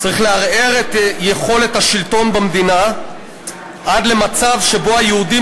צריך לערער את יכולת השלטון במדינה עד למצב שבו היהודים